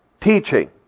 teaching